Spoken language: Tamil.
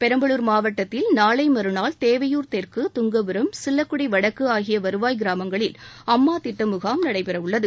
பெரம்பலூர் மாவட்டத்தில் நாளைமறுநாள் தேவையூர் தெற்கு துங்கபும் சில்லக்குடி வடக்கு ஆகிய வருவாய் கிராமங்களில் அம்மா திட்ட முகாம் நடைபெறவுள்ளது